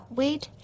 wait